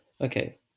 Okay